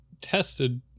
tested